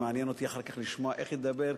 מעניין אותי לשמוע אחר כך איך היא תדבר.